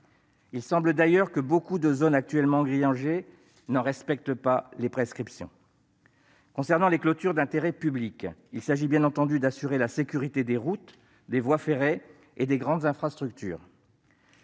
Il semble, d'ailleurs, que beaucoup de zones actuellement engrillagées n'en respectent pas les prescriptions. S'agissant des clôtures d'intérêt public, il s'agit bien entendu d'assurer la sécurité des routes, des voies ferrées et des grandes infrastructures.